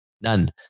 none